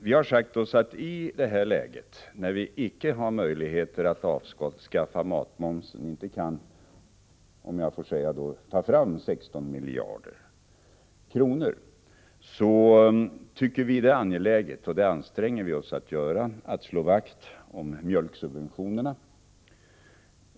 I ett läge när vi icke har möjligheter att avskaffa matmomsen, när vi alltså inte kan ta fram 16 miljarder kronor, tycker vi det är angeläget att slå vakt om mjölksubventionerna, och det anstränger vi oss att göra.